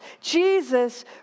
Jesus